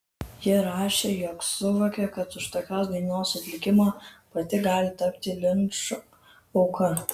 ji rašė jog suvokė kad už tokios dainos atlikimą pati gali tapti linčo auka